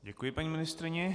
Děkuji paní ministryni.